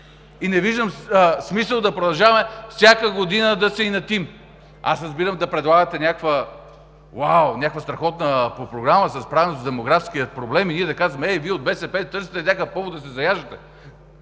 и не виждам смисъл да продължаваме всяка години да се инатим. Разбирам да предлагате някаква страхотна програма за справяне с демографския проблем, за да казвате: „Е, Вие от БСП търсите някакъв повод да се заяждате.“